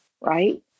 right